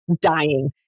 dying